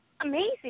amazing